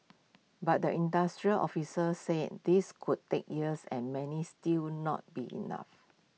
but the industry officer say this could take years and many still not be enough